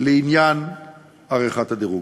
לעניין עריכת הדירוג.